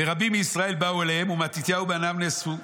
"ורבים מישראל באו אליהם ומתתיהו ובניו נאספו.